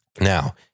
Now